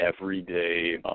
everyday